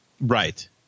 Right